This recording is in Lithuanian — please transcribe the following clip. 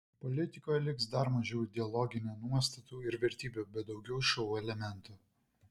politikoje liks dar mažiau ideologinių nuostatų ir vertybių bet daugiau šou elementų